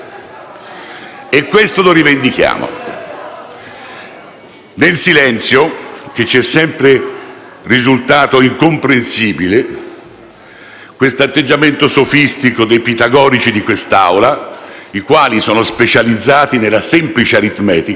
Nel silenzio, ci è sempre risultato incomprensibile questo atteggiamento sofistico dei pitagorici di quest'Assemblea, i quali sono specializzati nella semplice aritmetica e non hanno mai compreso la politica;